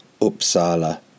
Uppsala